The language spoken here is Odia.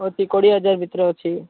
ଅଛି କୋଡ଼ିଏ ହଜାର ଭିତରେ ଅଛି